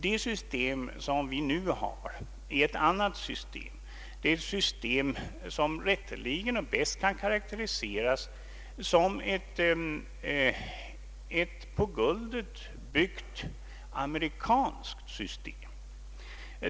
Det system vi nu har är ett annat. Det är ett system som rätteligen och bäst kan karakteriseras som ett på guldet byggt amerikanskt system.